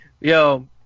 Yo